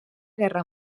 guerra